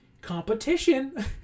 competition